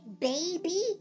baby